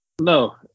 No